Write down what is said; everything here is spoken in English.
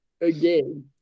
again